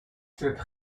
cette